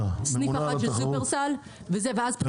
יש סניף אחד של שופרסל ואז פתחו עוד אחד.